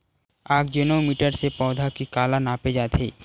आकजेनो मीटर से पौधा के काला नापे जाथे?